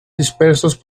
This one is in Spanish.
dispersos